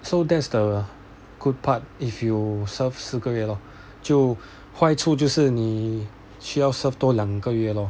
so that's the good part if you serve 四个月 lor 就坏处就是你需要 serve 多两个月咯